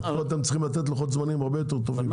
אבל אתם צריכים לתת פה לוחות זמנים הרבה יותר טובים.